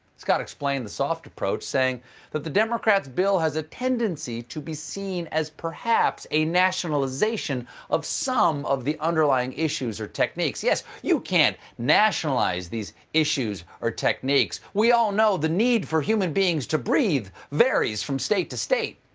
scott explained the soft approach, saying that the democrats' bill has a tendency to be seen as perhaps a nationalization of some of the underlying issues or techniques. yes, you can't nationalize nationalize these issues or techniques. we all know the need for human beings to breathe varies from state to state.